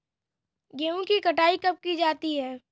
गेहूँ की कटाई कब की जाती है?